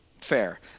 Fair